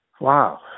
wow